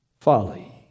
folly